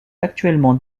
actuellement